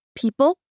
people